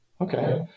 Okay